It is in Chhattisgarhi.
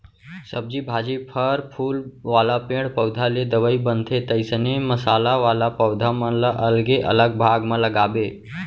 सब्जी भाजी, फर फूल वाला पेड़ पउधा ले दवई बनथे, तइसने मसाला वाला पौधा मन ल अलगे अलग भाग म लगाबे